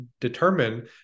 determine